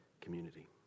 community